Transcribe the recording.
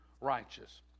righteous